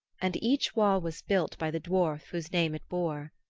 and each wall was built by the dwarf whose name it bore.